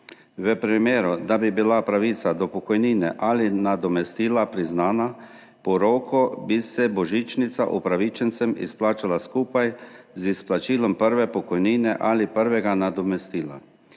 V primeru, da bi bila pravica do pokojnine ali nadomestila priznana, bi se po roku božičnica upravičencem izplačala skupaj z izplačilom prve pokojnine ali prvega nadomestila.